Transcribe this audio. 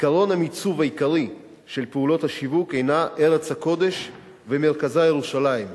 עקרון המיצוב העיקרי של פעולות השיווק הינו: ארץ הקודש ומרכזה ירושלים.